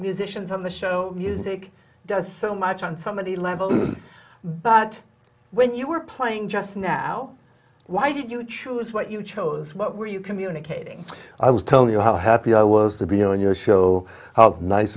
musicians on the show music does so much on so many levels but when you were playing just now why did you choose what you chose what were you communicating i will tell you how happy i was to be on your show